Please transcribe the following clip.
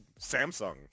Samsung